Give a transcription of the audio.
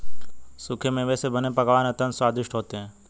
सूखे मेवे से बने पकवान अत्यंत स्वादिष्ट होते हैं